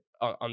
on